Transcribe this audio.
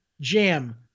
jam